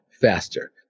faster